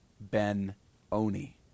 Ben-Oni